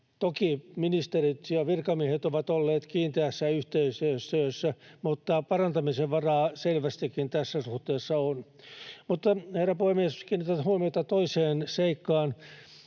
Toki ministerit ja virkamiehet ovat olleet kiinteässä yhteistyössä, mutta parantamisen varaa selvästikin tässä suhteessa on. Herra puhemies! Kiinnitän huomiota toiseen seikkaan.